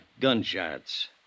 gunshots